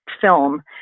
film